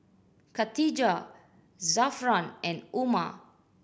Khatijah Zafran and Umar